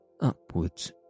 upwards